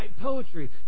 poetry